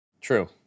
True